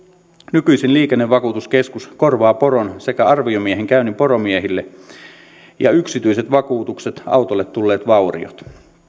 nykyisin liikennevakuutuskeskus korvaa poron sekä arviomiehen käynnin poromiehille ja yksityiset vakuutukset autolle tulleet vauriot